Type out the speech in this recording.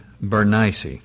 Bernice